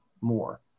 more